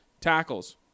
Tackles